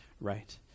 right